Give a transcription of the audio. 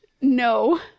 No